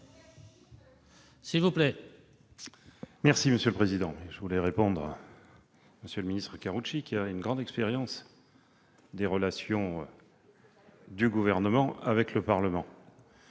S'il vous plaît,